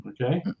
okay